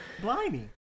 Blimey